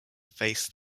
face